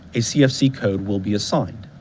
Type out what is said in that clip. a cfc code will be assigned.